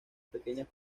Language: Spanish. pequeñas